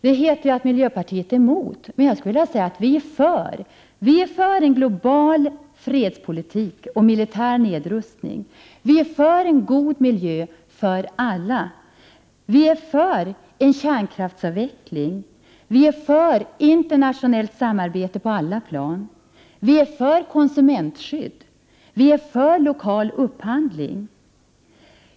Man säger att vi i miljöpartiet är emot många saker, men jag skulle i stället vilja säga att vi är för. Vi är för en global fredspolitik och militär nedrustning, en god miljö för alla och en kärnkraftsavveckling. Vi är för ett internationellt samarbete på alla plan, konsumentskydd och lokal upphandling.